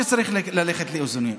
צריך ללכת לאיזונים,